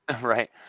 Right